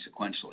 sequentially